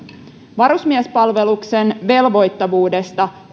varusmiespalveluksen velvoittavuudesta